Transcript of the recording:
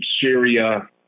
Syria